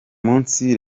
munsi